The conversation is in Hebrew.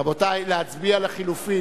רבותי, להצביע לחלופין